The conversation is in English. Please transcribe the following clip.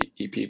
EP